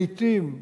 לעתים,